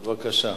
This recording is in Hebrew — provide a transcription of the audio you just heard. בבקשה.